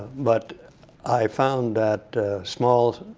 but i found that small